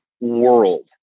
world